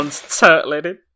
turtling